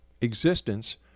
existence